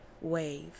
wave